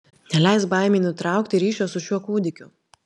neleisk baimei nutraukti ryšio su šiuo kūdikiu